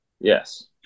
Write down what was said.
Yes